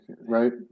right